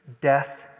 death